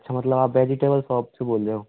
अच्छा मतलब आप वेज्टबल सॉप से बोल रहे हो